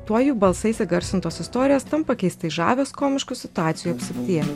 tuo jų balsais įgarsintos istorijos tampa keistai žavios komiškų situacijų apsuptyje